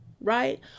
right